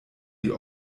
die